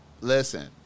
listen